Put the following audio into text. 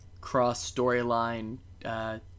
cross-storyline